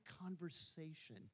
conversation